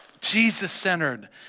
Jesus-centered